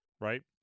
right